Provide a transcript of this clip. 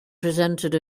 presented